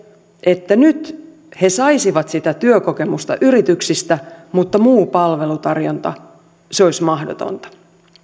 että nyt he saisivat sitä työkokemusta yrityksistä mutta muu palvelutarjonta olisi mahdottomuus